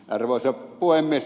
arvoisa puhemies